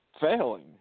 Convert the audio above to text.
failing